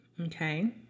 okay